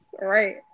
Right